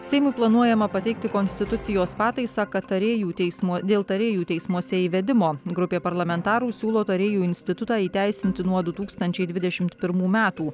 seimui planuojama pateikti konstitucijos pataisą kad tarėjų teismuo dėl tarėjų teismuose įvedimo grupė parlamentarų siūlo tarėjų institutą įteisinti nuo du tūkstančiai dvidešimt pirmų metų